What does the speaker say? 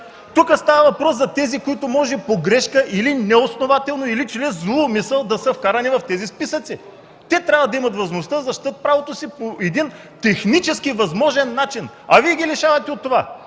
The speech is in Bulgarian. Тук става въпрос за тези, които може погрешка или неоснователно, или чрез зла умисъл да са вкарани в тези списъци. Те трябва да имат възможността да защитят правото си по един технически възможен начин, а Вие ги лишавате от това.